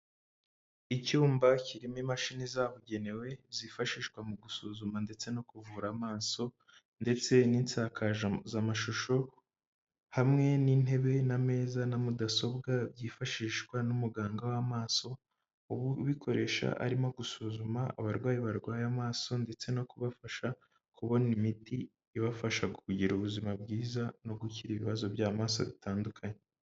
Icyumba kirimo imashini zabugenewe, zifashishwa mu gusuzuma ndetse no kuvura amaso ndetse n'insakazamashusho, hamwe n'intebe n'ameza na mudasobwa byifashishwa n'umuganga w'amaso, ubikoresha arimo gusuzuma abarwayi barwaye amaso ndetse no kubafasha kubona imiti, ibafasha kugira ubuzima bwiza no gukira ibibazo by'amaso bitandukanye.